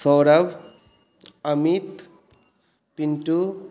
Saurabh Amit Pintu